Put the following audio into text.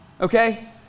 Okay